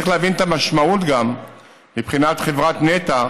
צריך להבין גם את המשמעות מבחינת חברת נת"ע